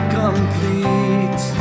complete